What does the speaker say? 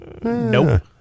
Nope